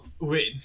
wait